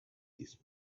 this